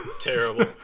terrible